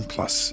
Plus